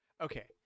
okay